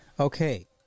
okay